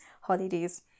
holidays